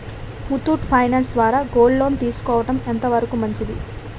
Muthoot finance ద్వారా gold loan తీసుకోవడం ఎంత వరకు మంచిది?